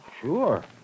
sure